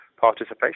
participation